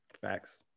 Facts